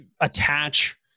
attach